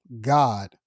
God